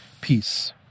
peace